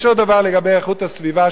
יש עוד דבר לגבי איכות הסביבה,